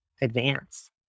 advance